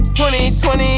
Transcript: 2020